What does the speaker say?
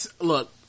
Look